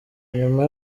nyuma